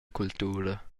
cultura